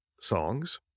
songs